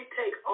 take